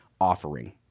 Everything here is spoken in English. offering